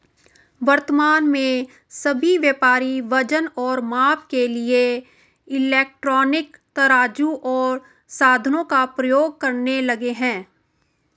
वर्तमान में सभी व्यापारी वजन और माप के लिए इलेक्ट्रॉनिक तराजू ओर साधनों का प्रयोग करने लगे हैं